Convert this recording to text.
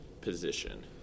position